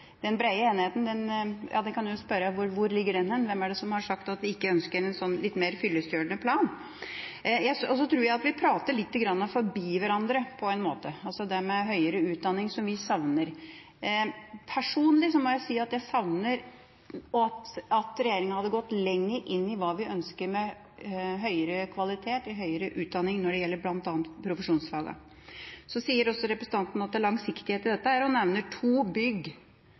den «breie enigheten», for en kan jo spørre: Hvor ligger den? Hvem er det som har sagt at vi ikke ønsker en litt mer fyllestgjørende plan? Jeg tror vi på en måte prater litt forbi hverandre når det gjelder høyere utdanning, som vi savner her. Personlig må jeg si at jeg hadde håpet at regjeringa hadde gått lenger inn i hva vi ønsker med høyere kvalitet i høyere utdanning når det gjelder bl.a. profesjonsfagene. Så sier også representanten at det er langsiktighet i dette, og nevner to bygg